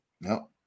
No